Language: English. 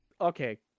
Okay